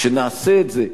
כשנעשה את זה,